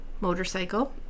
motorcycle